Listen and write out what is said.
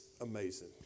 amazing